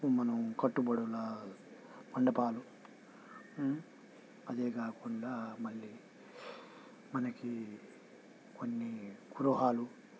ఇప్పుడు మనం కట్టుబడుల మండపాలు అదే కాకుండా మళ్ళీ మనకి కొన్ని గృహాలు